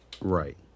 Right